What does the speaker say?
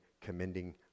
commending